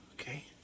okay